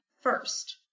first